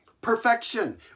perfection